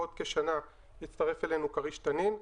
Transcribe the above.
בעוד כשנה יצטרף אלינו כריש-תנין.